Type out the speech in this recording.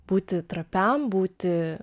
būti trapiam būti